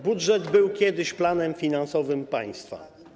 Budżet był kiedyś planem finansowym państwa.